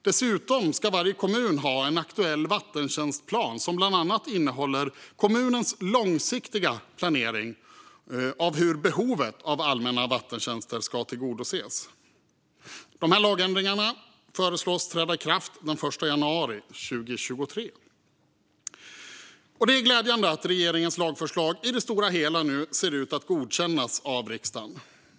Dessutom ska varje kommun ha en aktuell vattentjänstplan som bland annat innehåller kommunens långsiktiga planering av hur behovet av allmänna vattentjänster ska tillgodoses. Lagändringarna föreslås träda i kraft den 1 januari 2023. Det är glädjande att regeringens lagförslag i det stora hela nu ser ut att godkännas av riksdagen.